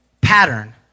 pattern